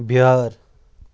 بیٛٲر